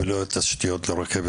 ולא יהיו תשתיות לרכבת,